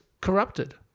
corrupted